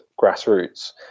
grassroots